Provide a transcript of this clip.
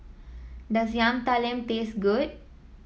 does Yam Talam taste good